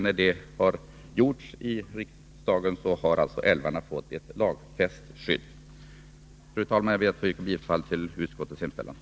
Om detta förslag bifalls, kommer alltså älvarna att få ett lagfäst skydd. Fru talman! Jag ber att få yrka bifall till utskottets hemställan.